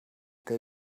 they